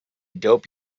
dope